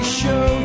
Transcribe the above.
show